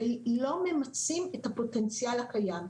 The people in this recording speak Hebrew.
והם לא ממצים את הפוטנציאל הקיים.